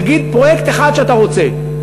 תגיד פרויקט אחד שאתה רוצה,